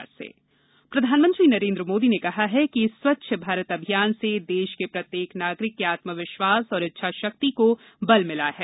प्रधानमंत्री स्वच्छता केंद्र प्रधानमंत्री नरेन्द्र मोदी ने कहा है कि स्वच्छ भारत अभियान से देश के प्रत्येक नागरिक के आत्मविश्वास और इच्छा शक्ति को बल मिला है